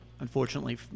unfortunately